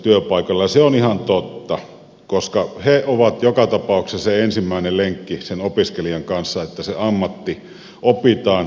se on ihan totta koska he ovat joka tapauksessa se ensimmäinen lenkki sen opiskelijan kanssa että se ammatti opitaan